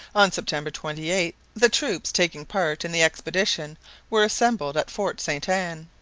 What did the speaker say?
on september twenty eight, the troops taking part in the expedition were assembled at fort sainte-anne.